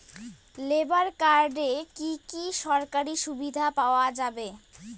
Labour কার্ডে কি কি সরকারি সুবিধা পাওয়া যাবে?